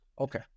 Okay